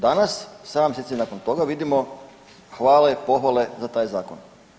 Danas 7 mjeseci nakon toga vidimo hvale, pohvale za taj zakon.